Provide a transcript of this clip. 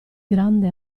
grande